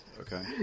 okay